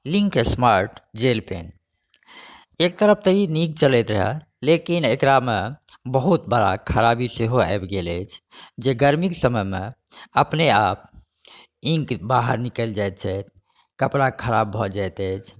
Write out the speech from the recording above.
link smart gel pen एक तरफ तऽ ई नीक चलैत रहए लेकिन एकरा मे बहुत बड़ा खराबी सेहो आबि गेल अछि जे गर्मीके समय मे अपने आप इंक बाहर निकलि जाइत छै कपड़ा ख़राब भऽ जाइत अछि